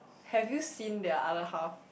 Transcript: have you seen their other half